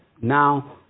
now